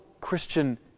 Christian